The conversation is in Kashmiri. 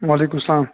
وعلیکُم اسَلام